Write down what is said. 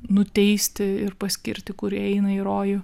nuteisti ir paskirti kurie eina į rojų